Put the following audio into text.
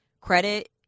Credit